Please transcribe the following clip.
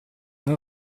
non